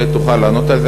שתוכל לענות על זה,